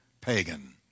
pagan